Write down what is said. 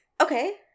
Okay